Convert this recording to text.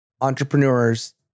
entrepreneurs